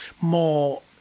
more